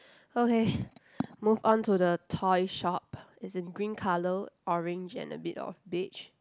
okay move on to the toy shop it's in green colour orange and a bit of beige